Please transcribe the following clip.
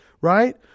right